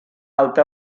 alta